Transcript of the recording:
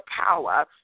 power